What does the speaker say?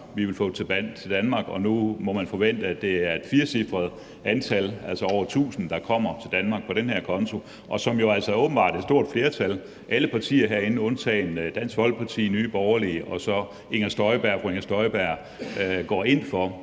vi ville få til Danmark, og nu må man forvente, at det er et firecifret antal, altså over tusind, der kommer til Danmark på den her konto, hvilket et stort flertal – alle partier herinde undtagen Dansk Folkeparti, Nye Borgerlige og fru Inger Støjberg – jo åbenbart går ind for.